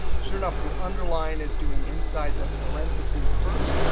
sure enough, the underline is doing inside the parentheses first.